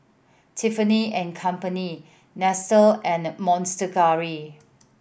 Tiffany and Company Nestle and the Monster Curry